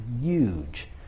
huge